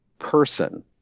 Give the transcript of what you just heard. Person